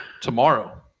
tomorrow